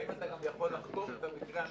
האם אתה יכול לחקור את המקרה ה-191?